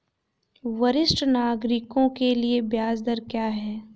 वरिष्ठ नागरिकों के लिए ब्याज दर क्या हैं?